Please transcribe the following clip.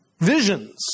visions